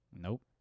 Nope